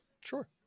sure